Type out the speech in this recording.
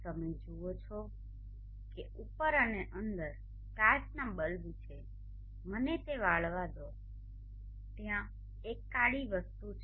તમે જુઓ છો કે ઉપર અને અંદર કાચના બલ્બ છે મને તે વાળવા દો ત્યાં એક કાળી વસ્તુ છે